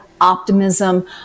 optimism